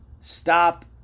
stop